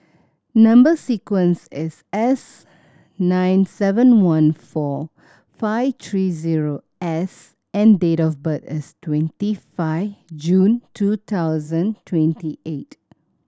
number sequence is S nine seven one four five three zero S and date of birth is twenty five June two thousand twenty eight